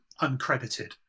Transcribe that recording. uncredited